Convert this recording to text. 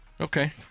Okay